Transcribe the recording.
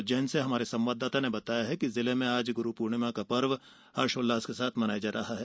उज्जैन से हमारे संवाददाता ने बताया है कि जिले में आज ग्रुपूर्णिमा का पर्व हर्षोल्लास के साथ मनाया जा रहा है